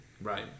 right